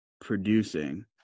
producing